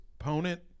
opponent